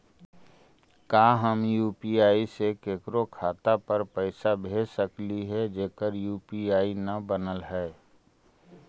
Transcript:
का हम यु.पी.आई से केकरो खाता पर पैसा भेज सकली हे जेकर यु.पी.आई न बनल है?